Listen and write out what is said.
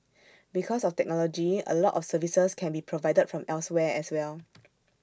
because of technology A lot of services can be provided from elsewhere as well